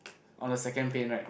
on the second paint right